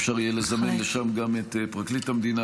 אפשר יהיה לזמן לשם גם את פרקליט המדינה,